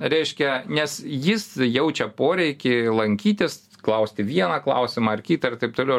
reiškia nes jis jaučia poreikį lankytis klausti vieną klausimą ar kitą ir taip toliau